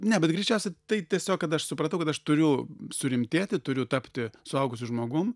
ne bet greičiausiai tai tiesiog kad aš supratau kad aš turiu surimtėti turiu tapti suaugusiu žmogum